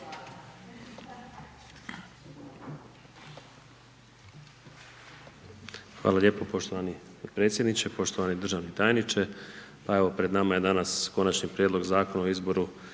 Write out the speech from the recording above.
Hvala lijepo poštovani potpredsjedniče, poštovani državni tajniče. Pa evo, pred nama je danas Konačni prijedlog Zakona o izboru